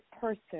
person